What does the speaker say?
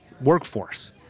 workforce